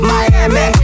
Miami